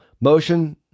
motion